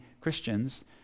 Christians